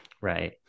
Right